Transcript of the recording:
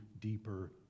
deeper